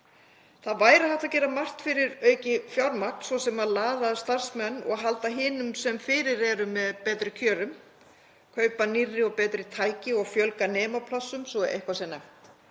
Það væri hægt að gera margt fyrir aukið fjármagn, svo sem að laða að starfsmenn og halda hinum sem fyrir eru með betri kjörum, kaupa nýrri og betri tæki og fjölga nemaplássum svo að eitthvað sé nefnt,